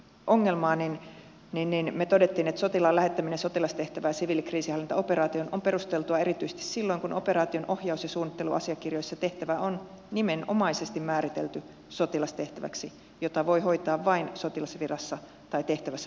me totesimme että sotilaan lähettäminen sotilastehtävään siviilikriisinhallintaoperaatioon on perusteltua erityisesti silloin kun operaation ohjaus ja suunnitteluasiakirjoissa tehtävä on nimenomaisesti määritelty sotilastehtäväksi jota voi hoitaa vain sotilasvirassa tai tehtävässä palveleva sotilas